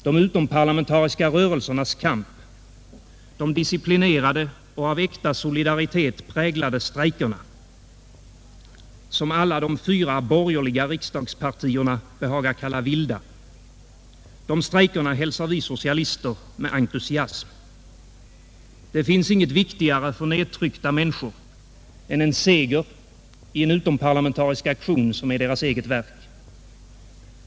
De utomparlamentariska rörelsernas kamp, de disciplinerade och av äkta solidaritet präglade strejkerna — som alla de fyra borgerliga riksdagspartierna behagar kalla vilda — hälsar vi socialister med entusiasm. Det finns inget viktigare för nedtryckta människor än en seger i en utomparlamentarisk aktion som är deras eget verk.